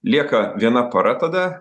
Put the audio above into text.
lieka viena para tada